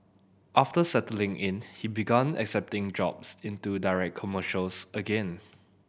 after settling in he began accepting jobs into direct commercials again